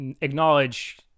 acknowledge